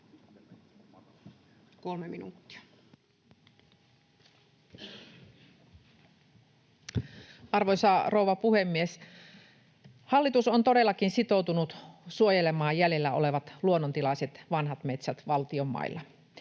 Arvoisa rouva puhemies! Hallitus on todellakin sitoutunut suojelemaan jäljellä olevat luonnontilaiset vanhat metsät valtion mailla.